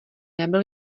nebyl